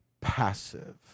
passive